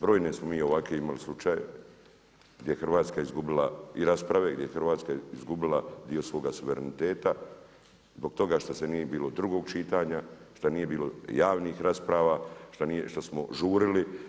Brojne smo mi ovakve imali slučajeve gdje je Hrvatska izgubila i rasprave i gdje je Hrvatska izgubila dio svoga suvereniteta zbog toga što nije bilo drugog čitanja, što nije bilo javnih rasprava, što smo žurili.